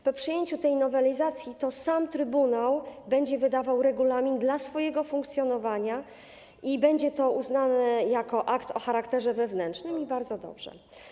Po przyjęciu tej nowelizacji to sam trybunał będzie wydawał regulamin swojego funkcjonowania i będzie to uznane za akt o charakterze wewnętrznym, i bardzo dobrze.